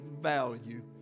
value